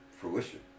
fruition